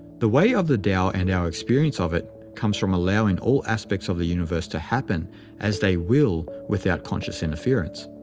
the way of the tao and our experience of it comes from allowing all aspects of the universe to happen as they will without conscious interference.